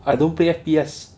I don't play F_P_S